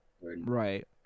Right